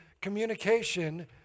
communication